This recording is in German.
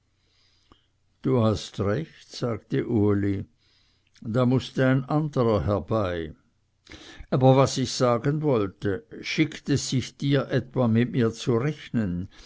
du hast recht sagte uli da mußte ein anderer herbei aber was ich sagen wollte schickt es sich dir etwa mit mir zu rechnen